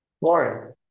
Lauren